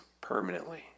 permanently